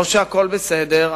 לא שהכול בסדר,